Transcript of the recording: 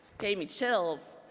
gave me chills.